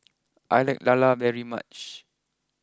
I like LaLa very much